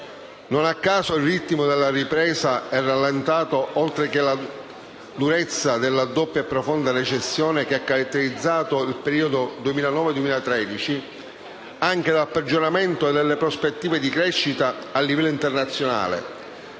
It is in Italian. Non a caso, il ritmo della ripresa è rallentato oltre che dalla durezza della doppia e profonda recessione che ha caratterizzato il periodo 2009-2013, anche dal peggioramento delle prospettive di crescita a livello internazionale,